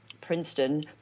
Princeton